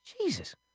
Jesus